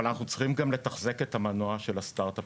אבל אנחנו גם צריכים לתחזק את המנוע של הסטרטאפ